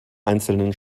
einzelnen